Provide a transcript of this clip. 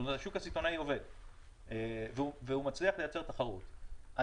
השוק הסיטונאי עובד והוא מצליח לייצר תחרות.